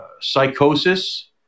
psychosis